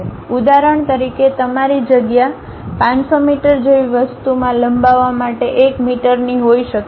ઉદાહરણ તરીકે તમારી જગ્યા 500 મીટર જેવી વસ્તુમાં લંબાવા માટે 1 મીટરની હોઈ શકે છે